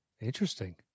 Interesting